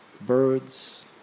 birds